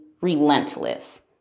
relentless